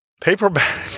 Paperback